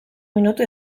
minutu